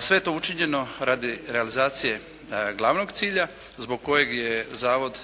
Sve je to učinjeno radi realizacije glavnog cilja zbog kojeg je zavod,